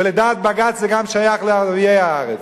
ולדעת בג"ץ זה גם שייך לערביי הארץ.